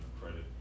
credit